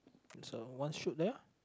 so one shoot there